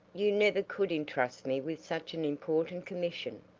you never could intrust me with such an important commission.